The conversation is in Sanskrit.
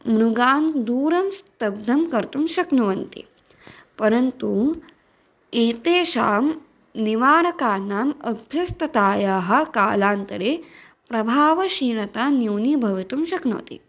मृगान् दूरं स्तब्धं कर्तुं शक्नुवन्ति परन्तु एतेषां निवारकाणाम् अभ्यस्ततायाः कालान्तरे प्रभावशीलता न्यूनीभवितुं शक्नोति